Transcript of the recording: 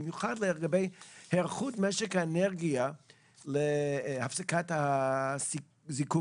במיוחד לגבי היערכות משק האנרגיה להפסקת הזיקוק,